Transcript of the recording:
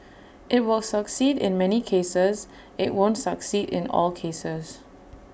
IT will succeed in many cases IT won't succeed in all cases